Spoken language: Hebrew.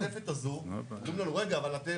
במעטפת הזו, אומרים לנו רגע, אבל אתם